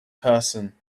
person